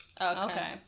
Okay